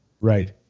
Right